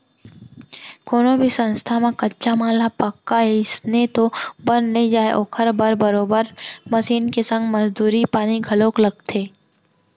कोनो भी संस्था म कच्चा माल ह पक्का अइसने तो बन नइ जाय ओखर बर बरोबर मसीन के संग मजदूरी पानी घलोक लगथे